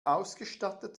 ausgestattet